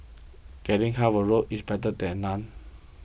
getting half a loaf is better than none